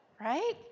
right